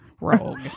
Rogue